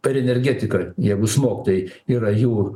per energetiką jeigu smogt tai yra jų